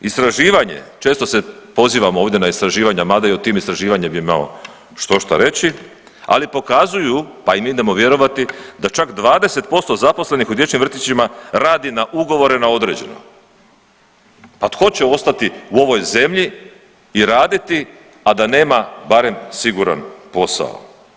Istraživanje, često se pozivamo ovdje na istraživanja, mada i o tim istraživanjima bi imao štošta reći, ali pokazuju, pa im idemo vjerovati da čak 20% zaposlenih u dječjim vrtićima radi na ugovore na određene, pa tko će ostati u ovoj zemlji i raditi, a da nema barem siguran posao.